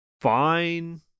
fine